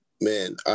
Man